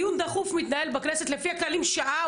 דיון דחוף בכנסת מתנהל בכנסת לפי הכללים שעה,